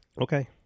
Okay